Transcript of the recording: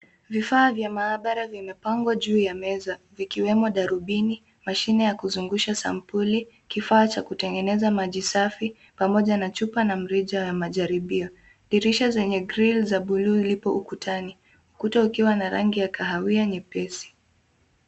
Vifaa vya maabara vimepangwa juu ya meza, vikiwemo darubini, mashine ya kuzungusha sampuli, kifaa cha kutengeneza maji safi pamoja na chupa na mrija ya majaribio. Dirisha zenye (cs)grill (cs)za bluu lipo ukutani. Ukuta ukiwa na rangi ya kahawia nyepesi.